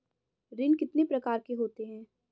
ऋण कितने प्रकार के होते हैं?